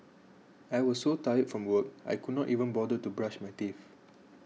I was so tired from work I could not even bother to brush my teeth